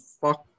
fuck